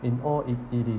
in all it it is